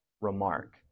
remark